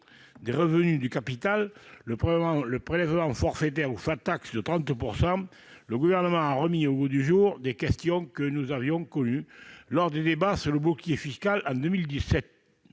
des revenus du capital, le prélèvement forfaitaire unique ou, fixé à 30 %, le Gouvernement a remis au goût du jour des questions que nous avions dû traiter lors des débats sur le bouclier fiscal, en 2007,